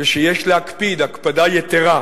ושיש להקפיד הקפדה יתירה